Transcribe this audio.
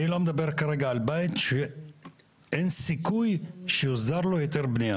אני לא מדבר כרגע על בית שאין סיכוי שיוסדר לו היתר בנייה.